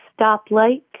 Stoplight